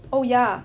oh ya